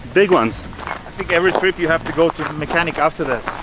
big ones i think every trip you have to go to mechanic after that